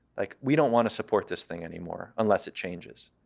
like we don't want to support this thing anymore unless it changes.